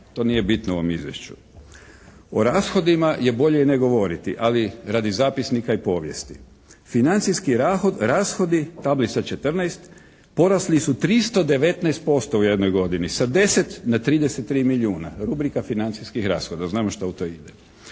to nije bitno u ovom izvješću. O rashodima je bolje i ne govoriti ali radi zapisnika i povijesti. Financijski rashodi tablica 14. porasli su 319% u jednoj godini sa 10 na 33 milijuna, rubrika financijskih rashoda, a znam šta u to ide.